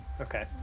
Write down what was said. Okay